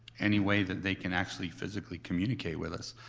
any way that they can actually physically communicate with us.